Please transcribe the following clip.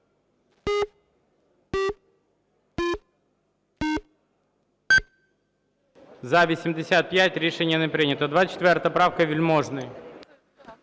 За-85 Рішення не прийнято. 24 правка, Вельможний.